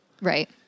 Right